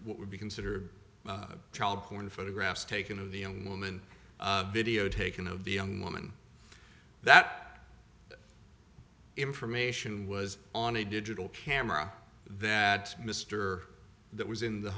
what would be considered child porn photographs taken of the young woman video taken of the young woman that information was on a digital camera that mr that was in the